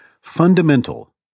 fundamental